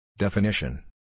Definition